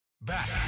Back